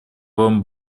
вам